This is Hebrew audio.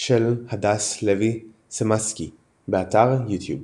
של הדס לוי סצמסקי באתר יוטיוב